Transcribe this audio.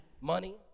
money